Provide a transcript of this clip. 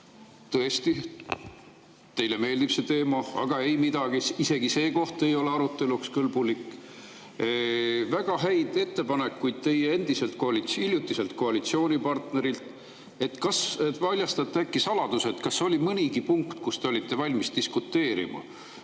Tõesti, teile meeldib see teema –, aga ei midagi, isegi see koht ei ole aruteluks kõlbulik. Väga häid ettepanekuid teie hiljutiselt koalitsioonipartnerilt. Paljastate äkki saladuse, kas oli mõnigi punkt, kus te olite valmis diskuteerima,